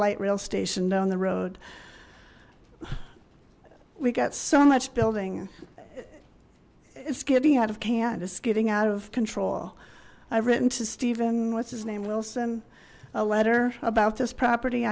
light rail station down the road we get so much building it's getting out of canada skidding out of control i've written to stephen what's his name wilson a letter about this property